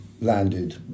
landed